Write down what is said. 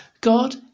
God